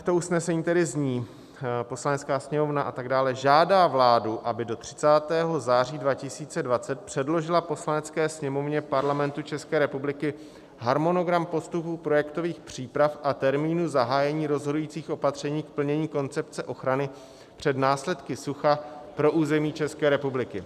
To usnesení tedy zní: Poslanecká sněmovna a tak dále žádá vládu, aby do 30. září 2020 předložila Poslanecké sněmovně Parlamentu České republiky harmonogram postupu projektových příprav a termínu zahájení rozhodujících opatření k plnění koncepce ochrany před následky sucha pro území České republiky.